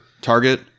Target